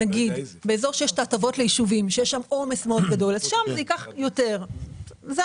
באזור שיש הטבות ליישובים, שם זה ייקח יותר זמן.